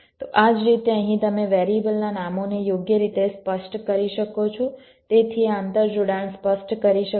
તો આ જ રીતે અહીં તમે વેરીએબલના નામોને યોગ્ય રીતે સ્પષ્ટ કરી શકો છો જેથી આ આંતરજોડાણ સ્પષ્ટ કરી શકાય